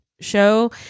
show